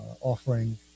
offering